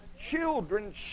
children